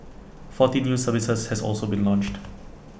forty new services has also been launched